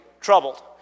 troubled